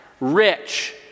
rich